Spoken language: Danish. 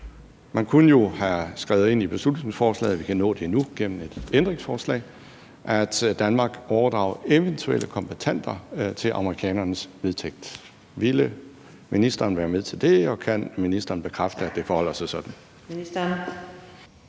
Man kunne jo have skrevet ind i beslutningsforslaget – vi kan nå det endnu gennem et ændringsforslag – at Danmark overdrager eventuelle tilfangetagne kombattanter til amerikanernes varetægt. Ville ministeren være med til det? Og kan ministeren bekræfte, at det forholder sig sådan?